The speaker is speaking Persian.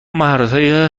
مهارتهای